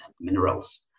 minerals